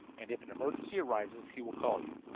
and if an emergency arises he will call you.